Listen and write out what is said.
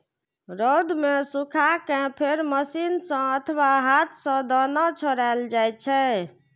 रौद मे सुखा कें फेर मशीन सं अथवा हाथ सं दाना छोड़ायल जाइ छै